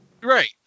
Right